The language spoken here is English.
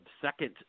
second